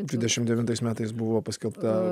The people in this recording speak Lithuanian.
dvidešim devintais metais buvo paskelbta